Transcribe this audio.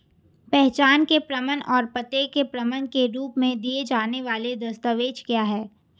पहचान के प्रमाण और पते के प्रमाण के रूप में दिए जाने वाले दस्तावेज क्या हैं?